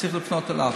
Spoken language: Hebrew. וצריך לפנות אליו.